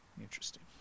Interesting